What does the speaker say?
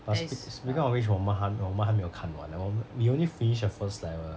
but sp~ speaking of which 我们还我们还没有看完 then 我们 we only finished the first level